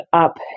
up